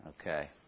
Okay